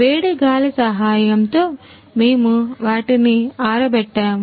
వేడి గాలి సహాయంతో మేము వాటిని ఆరబెట్టాము